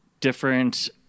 different